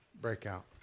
Breakout